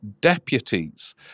deputies